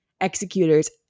executors